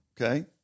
Okay